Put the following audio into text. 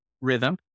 rhythm